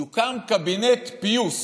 יוקם קבינט פיוס.